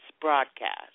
broadcast